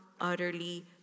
utterly